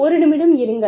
ஒரு நிமிடம் இருங்கள்